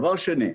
דבר שני,